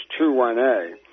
21A